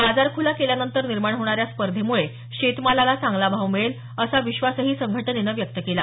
बाजार खुला केल्यानंतर निर्माण होणाऱ्या स्पर्धेमुळे शेतमालाला चांगला भाव मिळेल असा विश्वासही संघटनेनं व्यक्त केला